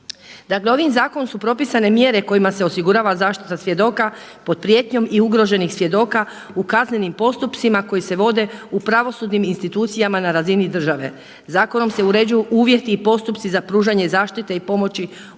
Dakle ovim zakonom su propisane mjere kojima se osigurava zaštita svjedoka pod prijetnjom i ugroženih svjedoka u kaznenim postupcima koji se vode u pravosudnim institucijama na razini države. Zakonom se uređuju uvjeti i postupci za pružanje zaštite i pomoći ugroženima